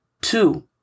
Two